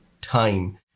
time